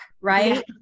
right